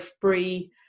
free